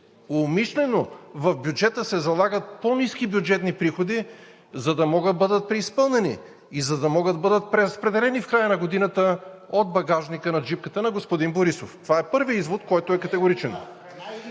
умишлено в бюджета се залагат по-ниски бюджетни приходи, за да могат да бъдат преизпълнени и за да могат да бъдат преразпределени в края на годината от багажника на джипката на господин Борисов. Това е първият извод, който е категоричен.